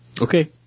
Okay